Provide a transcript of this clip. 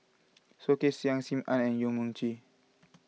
Soh Kay Siang Sim Ann Yong Mun Chee